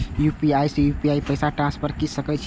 UPI से UPI पैसा transfer की सके छी?